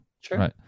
Sure